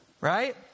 Right